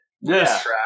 Yes